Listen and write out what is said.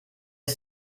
ist